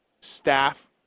staff